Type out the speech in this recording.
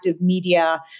media